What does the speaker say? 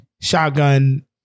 shotgun